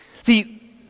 See